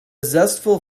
zestful